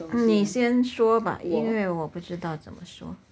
你先说吧因为我不知道怎么说